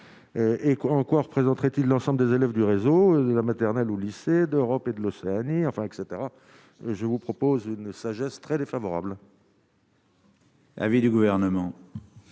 en quoi représenterait-il l'ensemble des élèves du réseau de la maternelle au lycée, d'Europe et de l'eau. Année enfin etc, je vous propose une sagesse très défavorable. Avis du Gouvernement.